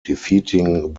defeating